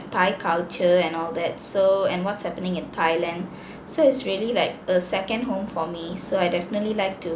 thai culture and all that so and what's happening in thailand so it's really like a second home for me so I definitely like to